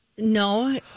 No